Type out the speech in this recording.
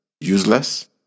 useless